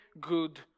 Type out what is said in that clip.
good